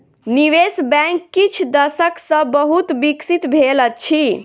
निवेश बैंक किछ दशक सॅ बहुत विकसित भेल अछि